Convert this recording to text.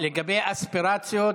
לגבי אספירציות,